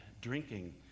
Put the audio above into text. drinking